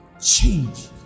change